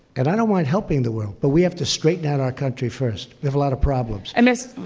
and i don't mind helping the world, but we have to straighten out our country first. we have a lot of problems and mr.